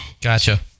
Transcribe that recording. Gotcha